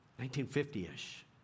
1950-ish